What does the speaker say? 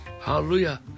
Hallelujah